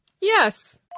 Yes